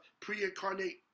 pre-incarnate